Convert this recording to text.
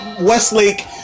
Westlake